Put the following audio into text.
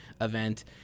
event